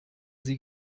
sie